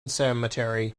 cemetery